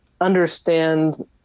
understand